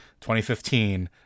2015